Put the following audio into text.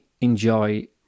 enjoy